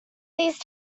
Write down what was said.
these